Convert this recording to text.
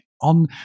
on